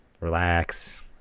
relax